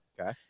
Okay